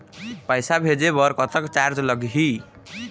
पैसा भेजे बर कतक चार्ज लगही?